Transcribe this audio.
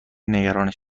نگرانت